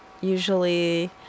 usually